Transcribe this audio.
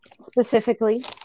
specifically